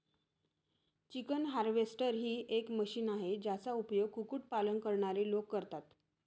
chicken harvester ही एक machine आहे, ज्याचा उपयोग कुक्कुट पालन करणारे लोक करतात